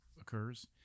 occurs